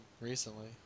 recently